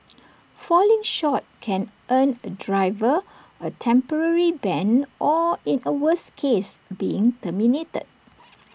falling short can earn A driver A temporary ban or in A worse case being terminated